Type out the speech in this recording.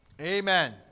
Amen